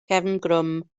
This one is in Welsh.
cefngrwm